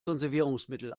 konservierungsmittel